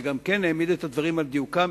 וגם כן העמיד את הדברים על דיוקם.